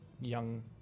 young